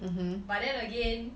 but then again